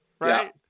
right